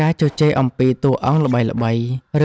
ការជជែកអំពីតួអង្គល្បីៗ